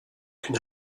can